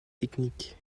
technique